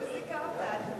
הוא זיכה אותנו.